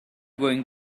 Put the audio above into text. going